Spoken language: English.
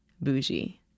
bougie